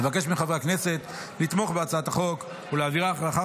אבקש מחברי הכנסת לתמוך בהצעת החוק ולהעבירה לאחר